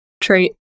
trait